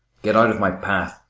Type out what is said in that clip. get out of my path.